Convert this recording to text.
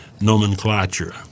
nomenclature